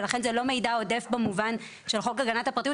ולכן זה לא מידע עודף במובן של חוק הגנת הפרטיות,